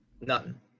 None